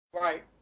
Right